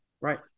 Right